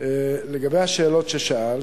לגבי השאלות ששאלת,